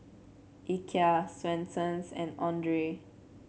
Ikea Swensens and Andre